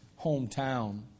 hometown